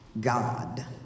God